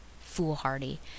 foolhardy